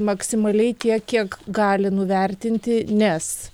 maksimaliai tiek kiek gali nuvertinti nes